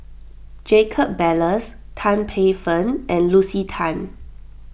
Jacob Ballas Tan Paey Fern and Lucy Tan